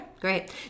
Great